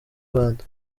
rwanda